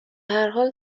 هرحال